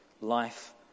Life